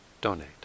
donate